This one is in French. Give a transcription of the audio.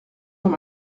dans